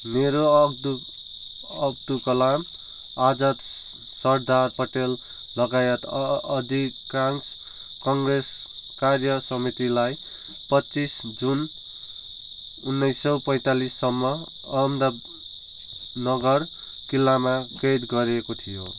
नेहरू अब्दुल कलाम आजाद सरदार पटेल लगायत अधिकांश कङ्ग्रेस कार्यसमितिलाई पच्चिस जुन उन्नाइस सय पैँतालिससम्म अहमदनगर किल्लामा कैद गरिएको थियो